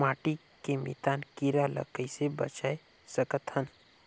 माटी के मितान कीरा ल कइसे बचाय सकत हन?